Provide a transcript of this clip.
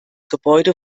gebäude